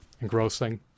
engrossing